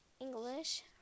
English